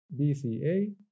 BCA